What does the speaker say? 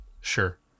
sure